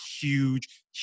huge